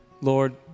Lord